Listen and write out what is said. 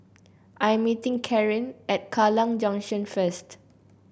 I am meeting Carin at Kallang Junction first